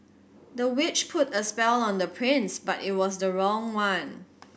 the witch put a spell on the prince but it was the wrong one